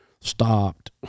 stopped